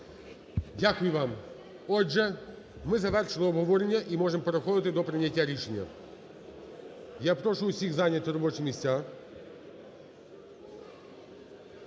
Дякую вам. Отже, ми завершили обговорення і можемо переходити до прийняття рішення. Я прошу всіх зайняти робочі місця,